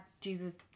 Jesus